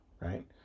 right